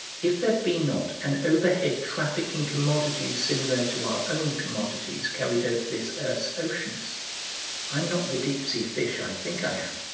if there be not an overhead traffic in commodities similar to our own commodities carried over this earth's oceans i'm not the deep-sea fish i think i am.